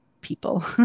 people